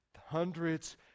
hundreds